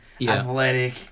athletic